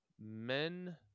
men